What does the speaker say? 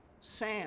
Sam